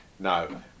No